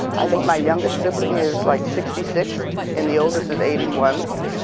i think my youngest sibling is like sixty six and the oldest is eighty one,